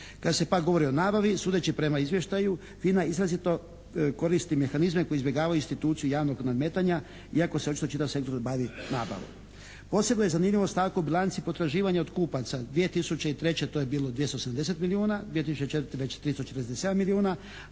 Kad se pak govori o nabavi sudeći prema izvještaju FINA izrazito koristi mehanizme koji izbjegavaju instituciju javnog nadmetanja iako se očito čitav sektor bavi nabavom. Posebno je zanimljivo u stavku bilanci potraživanja od kupaca 2003. to je bilo 280 milijuna, 2004. …/Govornik se ne